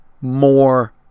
more